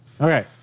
Okay